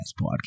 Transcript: podcast